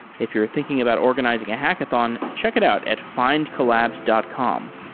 if you're thinking about organizing a hackathon, check it out at findcollabs dot com